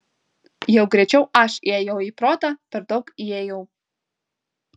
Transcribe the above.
jau greičiau aš įėjau į protą per daug įėjau